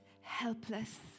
helpless